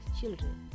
children